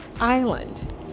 island